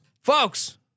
folks